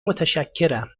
متشکرم